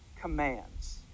commands